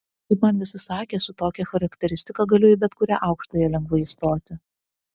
kaip man visi sakė su tokia charakteristika galiu į bet kurią aukštąją lengvai įstoti